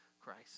Christ